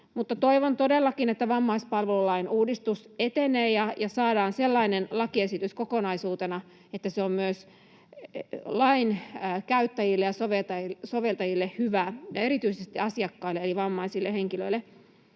Toivon todellakin, että vammaispalvelulain uudistus etenee ja saadaan sellainen lakiesitys kokonaisuutena, että se on myös lain käyttäjille ja soveltajille hyvä ja erityisesti asiakkaille eli vammaisille henkilöille.